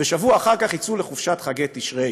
ושבוע אחר כך יצאו לחופשת חגי תשרי.